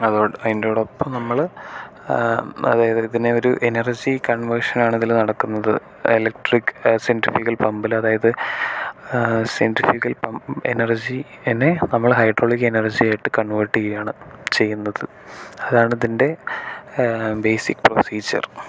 അതോ അതിന്റോടൊപ്പം നമ്മൾ അതായത് ഇതിനെ ഒരു എനർജി കൺവെർഷൻ ആണ് ഇതിൽ നടക്കുന്നത് ഇലക്ട്രിക് സെട്രിഫ്യൂഗൽ പമ്പിൽ അതായത് സെട്രിഫ്യൂഗൽ എനർജി അതിനെ നമ്മൾ ഹൈഡ്രോളിക് എനർജി ആയിട്ട് കൺവെർട്ട് ചെയ്യുകയാണ് ചെയ്യുന്നത് അതാണതിൻ്റെ ബേസിക് പ്രൊസീജ്യർ